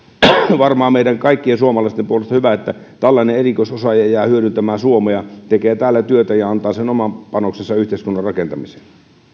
on varmaan meidän kaikkien suomalaisten puolesta hyvä että tällainen erikoisosaaja jää hyödyntämään suomea tekee täällä työtä ja antaa sen oman panoksensa yhteiskunnan rakentamiseen